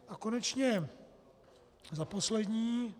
A konečně za poslední.